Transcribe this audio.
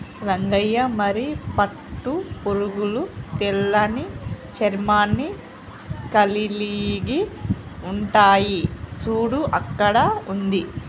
రంగయ్య మరి పట్టు పురుగులు తెల్లని చర్మాన్ని కలిలిగి ఉంటాయి సూడు అక్కడ ఉంది